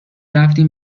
رفتیم